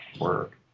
work